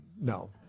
No